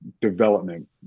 development